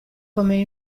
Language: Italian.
come